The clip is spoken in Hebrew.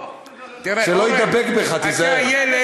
שלא יידבק בך, תיזהר.